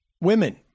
women